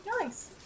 Nice